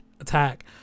attack